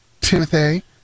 Timothy